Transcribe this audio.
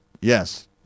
Yes